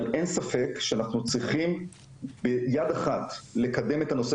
אבל אין ספק שאנחנו צריכים ביד אחת לקדם את הנושא